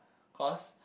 cause